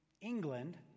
England